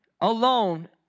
alone